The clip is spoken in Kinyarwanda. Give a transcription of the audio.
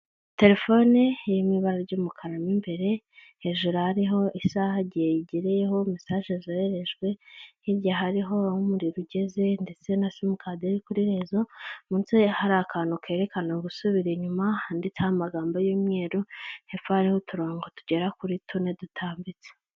Telefone iri mu ibara ry'umukara mo imbere hejuru harihoho isaha igihe igereyeho mesaje zoherejwe, hirya hariho aho umuriro ugeze ndetse na simu kadi iri kuri rezo, munsi hari akantu kerekana gusubira inyuma handitseho amagambo y'umweru hepfo n'uturongo tugera kuri tune dutambitse.